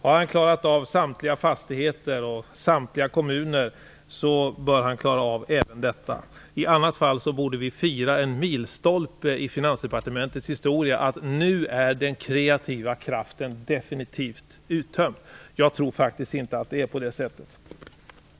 Har han klarat av samtliga fastigheter och samtliga kommuner bör han klara av även detta. I annat fall borde vi fira en milstolpe i Finansdepartementets historia: Nu är den kreativa kraften definitivt uttömd! Men jag tror faktiskt inte att det är så.